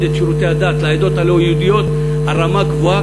את שירותי הדת לעדות הלא-יהודיות על רמה גבוהה,